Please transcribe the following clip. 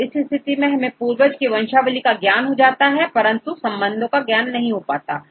तो इस स्थिति में हमें पूर्वज की वंशावली का ज्ञान होता है किंतु हमें संबंध का ज्ञान नहीं हो पाता